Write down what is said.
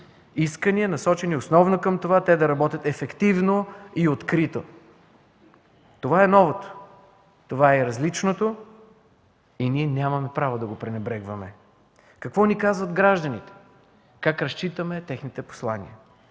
Искания, насочени основно към това, те да работят ефективно и открито. Това е новото, това е и различното и ние нямаме право да го пренебрегваме. Какво ни казват гражданите, как разчитаме техните послания?